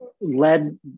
led